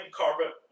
carpet